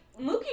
Mookie